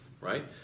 right